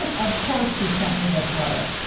of course, she sent me this letter.